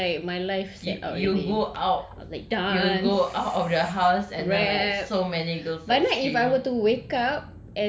macam yo~ you go out you go out of the house and then like so many girls